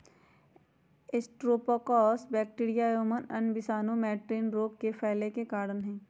streptococcus bacteria एवं अन्य विषाणु मैटिन रोग के फैले के कारण हई